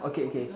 okay okay